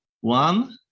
one